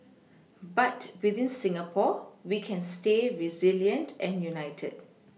but within Singapore we can stay resilient and United